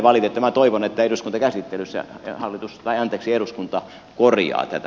minä toivon että eduskuntakäsittelyssä eduskunta korjaa tätä